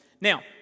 Now